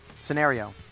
Scenario